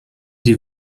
die